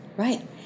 right